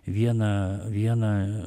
vieną vieną